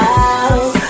out